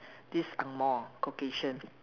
this angmoh Caucasian